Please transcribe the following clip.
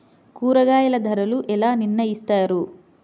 కూరగాయల ధరలు ఎలా నిర్ణయిస్తారు?